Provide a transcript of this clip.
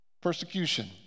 persecution